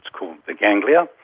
it's called the ganglia,